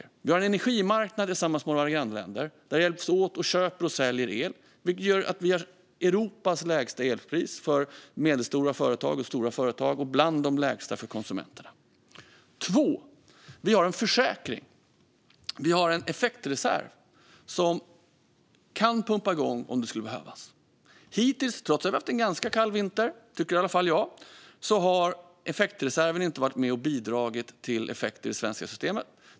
För det första har vi en energimarknad tillsammans med våra grannländer där vi hjälps åt och köper och säljer el, vilket gör att vi har Europas lägsta elpris för medelstora och stora företag och bland de lägsta för konsumenterna. För det andra har vi en försäkring, en effektreserv, som kan pumpa igång om det skulle behövas. Trots att vi har haft en ganska kall vinter, tycker i alla fall jag, har effektreserven hittills inte varit med och bidragit till effekt i det svenska systemet.